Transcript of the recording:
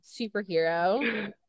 superhero